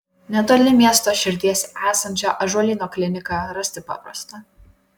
netoli miesto širdies esančią ąžuolyno kliniką rasti paprasta